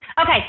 Okay